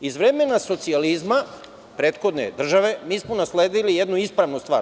Iz vremena socijalizma prethodne države mi smo nasledili jednu ispravnu stvar.